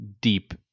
deep